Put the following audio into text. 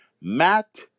Matt